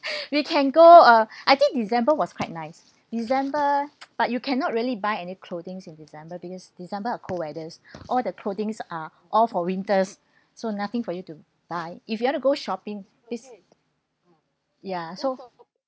we can go uh I think december was quite nice december but you cannot really buy any clothing in december because december are cold weathers all the clothing are all for winters so nothing for you to buy if you want to go shopping is ya so